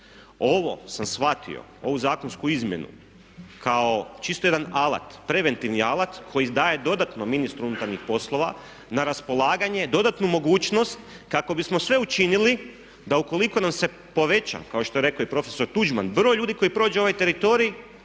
Ovo sam shvatio, ovu zakonsku izmjenu kao čisto jedan alat, preventivni alat koji daje dodatno ministru unutarnjih poslova na raspolaganje dodatnu mogućnost kako bismo sve učinili da ukoliko nam se poveća, kao što je rekao i prof. Tuđman broj ljudi koji prođe ovaj teritorij